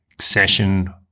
session